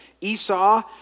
Esau